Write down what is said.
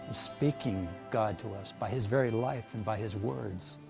speaking god to us, by his very life and by his words.